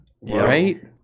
Right